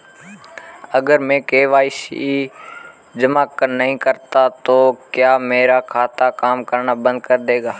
अगर मैं के.वाई.सी जमा नहीं करता तो क्या मेरा खाता काम करना बंद कर देगा?